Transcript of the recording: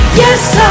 yes